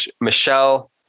Michelle